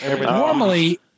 normally